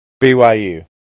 BYU